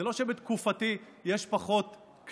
זה לא שבתקופתי יש פחות קליטה,